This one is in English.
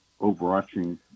overarching